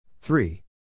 Three